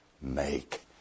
make